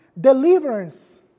deliverance